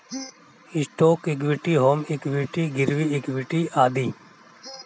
stock equity, home equity, गिरवी equity आदि